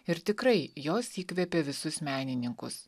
ir tikrai jos įkvėpė visus menininkus